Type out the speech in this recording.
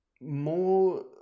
more